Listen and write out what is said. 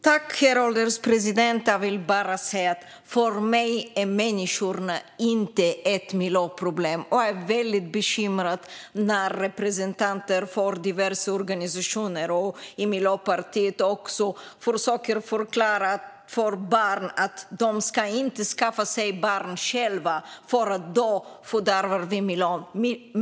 Herr ålderspresident! Jag vill bara säga att för mig är människorna inte ett miljöproblem. Jag blir väldigt bekymrad när representanter för diverse organisationer och också för Miljöpartiet försöker förklara för barn att de själva inte ska skaffa sig barn, för då fördärvar de miljön.